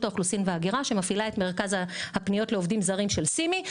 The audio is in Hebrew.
אוכלוסין והגירה שמפעילה את מרכז הפניות לעובדים זרים של CIMI,